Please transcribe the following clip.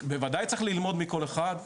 בוודאי צריך ללמוד מכל אחד,